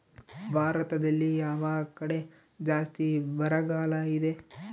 ಭಾರತದಲ್ಲಿ ಯಾವ ಕಡೆ ಜಾಸ್ತಿ ಬರಗಾಲ ಇದೆ?